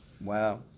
Wow